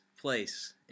place